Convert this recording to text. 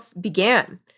began